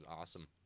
awesome